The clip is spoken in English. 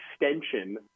extension